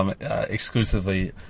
exclusively